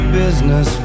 business